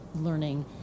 learning